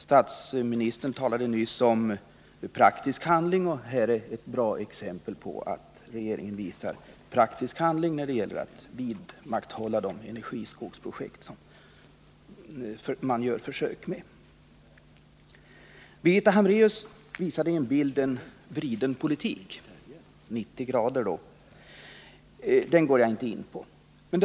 Statsministern talade nyss om praktisk handling. Detta är ett bra exempel på att regeringen kan visa prov på praktisk handling när det gäller att vidmakthålla igångsatta energiskogsprojekt. Birgitta Hambraeus visade i en bild en politik vriden i 90 grader. Den skall jag dock inte gå in på.